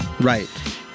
Right